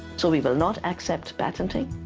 so we will not accept patenting,